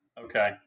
Okay